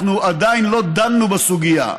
אנחנו עדיין לא דנו בסוגיה.